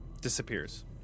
Disappears